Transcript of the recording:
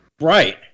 Right